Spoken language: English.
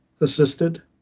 assisted